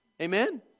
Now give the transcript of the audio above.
Amen